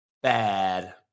Bad